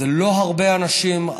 זה לא הרבה אנשים,